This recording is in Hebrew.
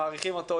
הם מעריכים אותו.